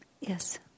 Yes